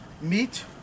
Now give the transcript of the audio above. Meat